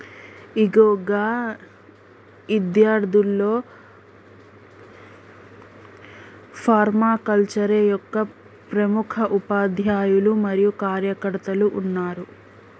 ఇగో గా ఇద్యార్థుల్లో ఫర్మాకల్చరే యొక్క ప్రముఖ ఉపాధ్యాయులు మరియు కార్యకర్తలు ఉన్నారు